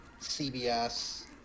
CBS